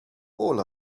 all